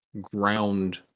ground